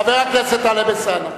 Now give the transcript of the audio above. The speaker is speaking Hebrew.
חבר הכנסת טלב אלסאנע,